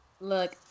look